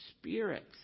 spirits